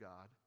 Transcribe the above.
God